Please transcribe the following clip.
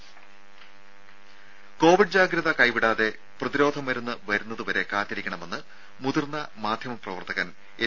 രും കോവിഡ് ജാഗ്രത കൈവിടാതെ പ്രതിരോധ മരുന്ന് വരുന്നതുവരെ കാത്തിരിക്കണമെന്ന് മുതിർന്ന മാധ്യമപ്രവർത്തകൻ എൻ